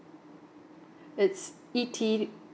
it's e t